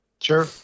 sure